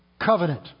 covenant